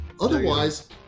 Otherwise